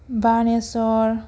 Baneswar